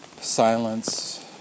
silence